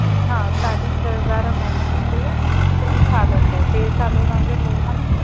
इहा साढी छह हज़ार महीनो थींदव टिनि सालनि लाइ टे सालनि तव्हांजो लोन आहे न